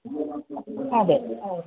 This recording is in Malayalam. അതെ ഓ